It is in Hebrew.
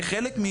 כחלק,